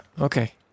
Okay